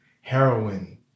heroin